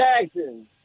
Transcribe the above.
Jackson